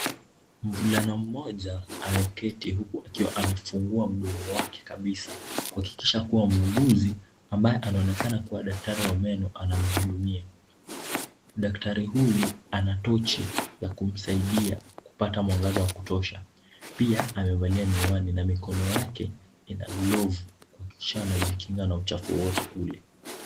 Mvulana mmoja ameketi huku akiwa amefungua mdomo wake kabisa kuhakikisha kuwa muuguzi ambaye anaonekana kuwa daktari wa meno anamhudumia. Daktari huyu ana tochi ya kumsaidia kupata mwangaza wa kutosha. Pia amevalia miwani na mikono yake ina glovu kuhakikisha anajikinga na uchafu wowote ule.